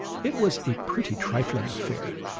it was a pretty trifling affair,